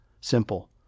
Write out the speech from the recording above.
simple